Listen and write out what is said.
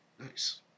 Nice